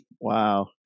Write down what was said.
wow